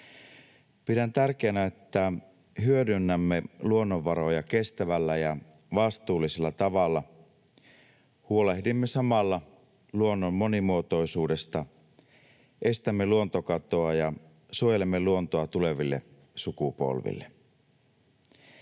Pidän tärkeänä, että hyödynnämme luonnonvaroja kestävällä ja vastuullisella tavalla. Huolehdimme samalla luonnon monimuotoisuudesta, estämme luontokatoa ja suojelemme luontoa tuleville sukupolville.